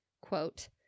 quote